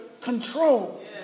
control